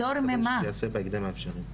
ומקווים שזה יעשה בהקדם האפשרי פטור ממה?